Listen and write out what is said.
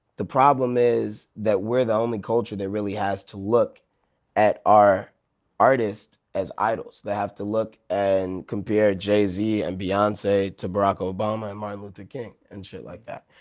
the problem is that we're the only culture that really has to look at our artists as idols. that have to look and compare jay-z and beyonce to barack obama and martin luther king and shit like that.